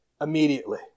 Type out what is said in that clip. immediately